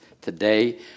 today